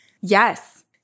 Yes